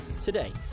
Today